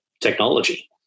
technology